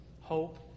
Hope